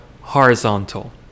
horizontal